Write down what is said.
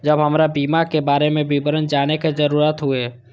जब हमरा बीमा के बारे में विवरण जाने के जरूरत हुए?